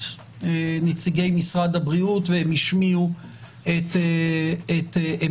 נציגי משרד הבריאות והם השמיעו את עמדתם.